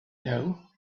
know